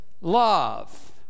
love